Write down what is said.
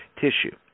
tissue